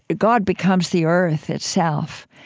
god becomes the earth itself,